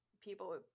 people